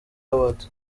awards